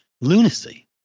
lunacy